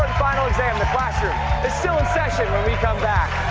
final exam. the classh-room is still in session when we come back.